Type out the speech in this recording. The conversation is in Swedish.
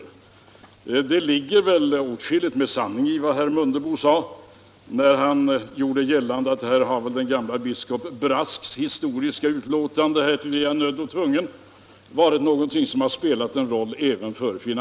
Jag skall gärna erkänna att det ligger åtskilligt av sanning i herr Mundebos påstående att gamle biskop Brasks historiska ord ” härtill är jag nödd och tvungen” i stor utsträckning är tillämpliga på finansministern i detta fall.